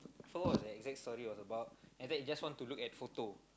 so what was the exact story was about end up you just want to look at photo